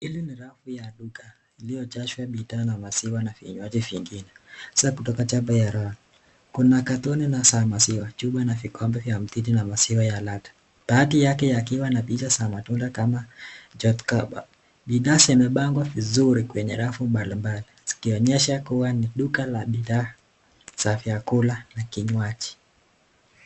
Hili ni rafu ya duka iliyojaa na kujazwa maziwa na vinywaji vingine. Kuna katoni, za chuma na vikombe na maziwa ya ladhaa. Baadhi yake yakiwa na mapicha za matunda. Bidhaa zimepangwa vizuri kwenye rafu mbalimbali kuonyesha kua ni duka za bidhaa ya vyakula na vinywaji.